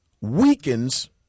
weakens